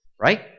Right